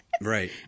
right